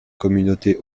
communauté